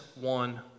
one